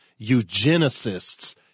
eugenicists